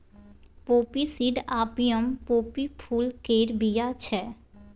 poppy seed opium poppy फुल केर बीया छै